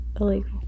illegal